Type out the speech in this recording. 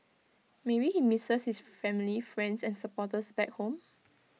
maybe he misses his family friends and supporters back home